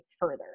further